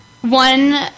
one